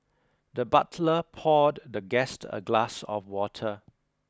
the butler poured the guest a glass of water